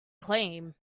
claim